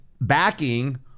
backing